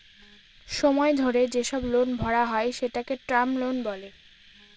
সময় ধরে যেসব লোন ভরা হয় সেটাকে টার্ম লোন বলে